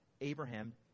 Abraham